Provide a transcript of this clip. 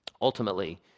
Ultimately